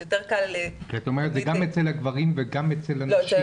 את אומרת גם אצל הגברים וגם אצל הנשים.